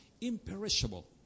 imperishable